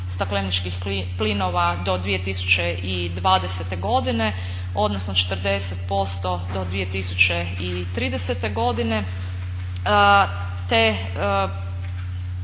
stakleničkih plinova do 2020. godine, odnosno 40% do 2030. godine,